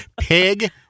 Pig